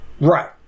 Right